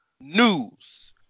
news